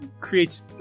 creates